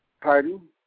Pardon